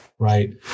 Right